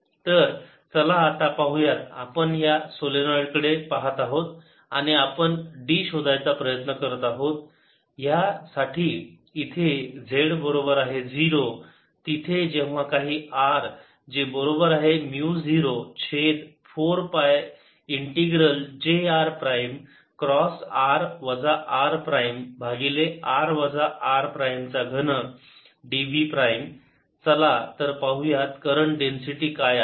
तर चला तर पाहूया आपण या सोलेनोईड कडे पाहत आहोत आणि आपण d शोधायचा प्रयत्न करत आहोत ह्या साठी इथे z बरोबर आहे 0 तिथे जेव्हा काही r जे बरोबर आहे म्यु 0 छेद 4 pi integral j r prime cross r वजा r प्राईम भागिले r वजा r प्राईम चा घन dv प्राईम चला तर पाहुयात करंट डेन्सिटी काय आहे